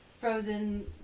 frozen